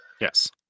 Yes